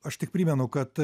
aš tik primenu kad